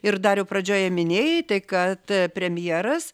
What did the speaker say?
ir dariau pradžioje minėjai tai kad premjeras